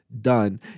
done